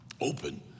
open